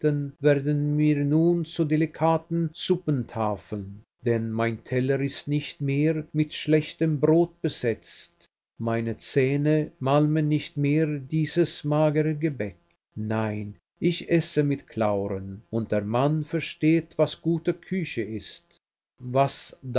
werden mir nun zu delikaten suppentafeln denn mein teller ist nicht mehr mit schlechtem brot besetzt meine zähne malmen nicht mehr dieses magere gebäck nein ich esse mit clauren und der mann versteht was gute küche ist was